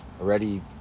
already